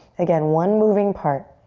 again, one moving part.